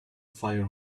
fire